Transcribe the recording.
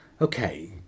okay